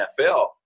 NFL